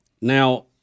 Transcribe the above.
now